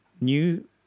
new